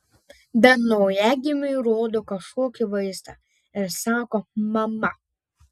bet naujagimiui rodo kažkokį vaizdą ir sako mama